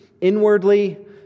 inwardly